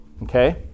okay